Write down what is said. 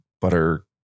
butter